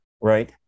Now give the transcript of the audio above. right